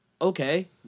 Okay